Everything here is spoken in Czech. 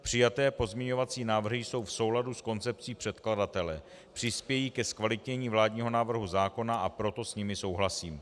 Přijaté pozměňovací návrhy jsou v souladu s koncepcí předkladatele, přispějí ke zkvalitnění vládního návrhu zákona, a proto s nimi souhlasím.